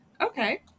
okay